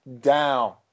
Down